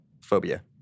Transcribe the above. phobia